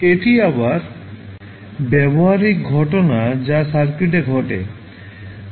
এটি আবার একটি ব্যবহারিক ঘটনা যা সার্কিটে ঘটে